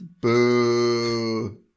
Boo